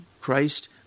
Christ